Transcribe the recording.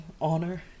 honor